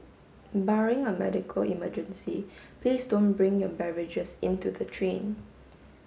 barring a medical emergency please don't bring your beverages into the train